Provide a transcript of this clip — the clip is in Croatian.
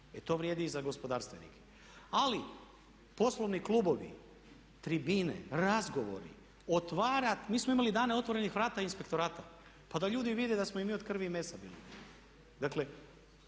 E to vrijedi i za gospodarstvenike. Ali poslovni klubovi, tribine, razgovori otvara, mi smo imali Dane otvorenih vrata inspektorata pa da ljudi vide da smo i mi od krvi i mesa bili. Dakle,